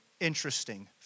interesting